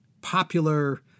popular